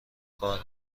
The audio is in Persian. کار